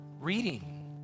reading